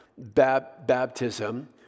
Baptism